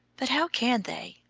but how can they?